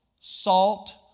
salt